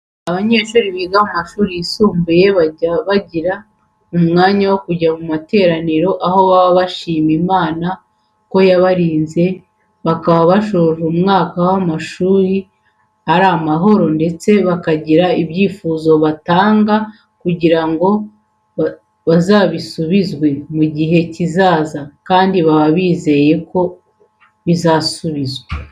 Abanyeshuri biga mu mashuri yisumbuye bajya bagira umwanya wo kujya mu materaniro, aho baba bashima imana ko yabarinze bakaba basoje umwaka w'amashuri bari amahoro ndetse bakagira n'ibyifuzo batanga kugira ngo bazabisubizwe mu gihe kizaza kandi baba bizeye ko bizasubizwa.